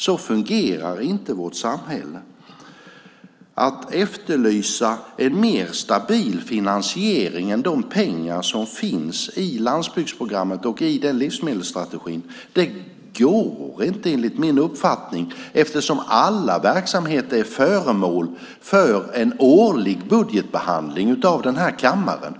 Så fungerar inte vårt samhälle. Att efterlysa en mer stabil finansiering än de pengar som finns i landsbygdsprogrammet och i livsmedelsstrategin går inte, enligt min uppfattning, eftersom alla verksamheter är föremål för en årlig budgetbehandling av kammaren.